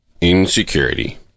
Insecurity